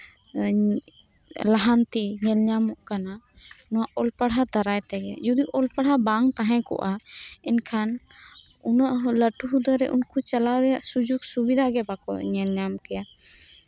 ᱞᱟᱦᱟᱱᱛᱤ ᱧᱮᱞ ᱧᱟᱢᱚᱜ ᱠᱟᱱᱟ ᱱᱚᱣᱟ ᱚᱞᱯᱟᱲᱦᱟᱣ ᱫᱟᱨᱟᱭ ᱛᱮᱜᱤ ᱡᱚᱫᱤ ᱚᱞᱯᱟᱲᱦᱟᱣ ᱵᱟᱝᱛᱟᱦᱮᱸ ᱠᱚᱜ ᱟ ᱮᱱᱠᱷᱟᱱ ᱩᱱᱟᱹᱜ ᱞᱟᱹᱴᱩ ᱦᱩᱫᱟᱹᱨᱮ ᱩᱱᱠᱩ ᱪᱟᱞᱟᱣ ᱨᱮᱭᱟᱜ ᱥᱩᱡᱚᱜ ᱥᱩᱵᱤᱫᱷᱟᱜᱤ ᱵᱟᱹᱠᱩ ᱧᱮᱞ ᱧᱟᱢ ᱠᱮᱭᱟ